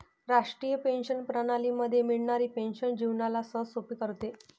राष्ट्रीय पेंशन प्रणाली मध्ये मिळणारी पेन्शन जीवनाला सहजसोपे करते